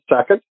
second